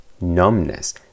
numbness